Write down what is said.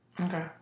Okay